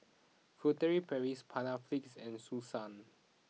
Furtere Paris Panaflex and Selsun